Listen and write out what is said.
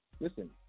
listen